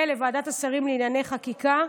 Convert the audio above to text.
ולוועדת השרים לענייני חקיקה,